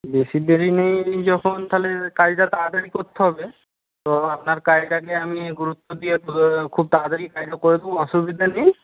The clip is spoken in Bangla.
বেশী দেরি নেই যখন তাহলে কাজটা তাড়াতাড়ি করতে হবে তো আপনার কাজটাকে আমি গুরুত্ব দিয়ে খুব তাড়াতাড়ি কাজটা করে দেবো অসুবিধা নেই